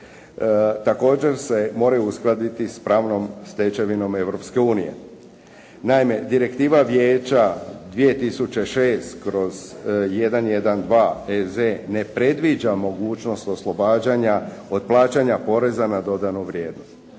također se moraju uskladiti s pravnom stečevinom Europske unije. Naime, direktiva Vijeća 2006/112 EZ ne predviđa mogućnost oslobađanja od plaćanja poreza na dodanu vrijednost.